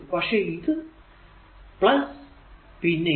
പക്ഷെ ഇത് പിന്നെ ഇത്